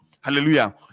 hallelujah